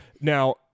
Now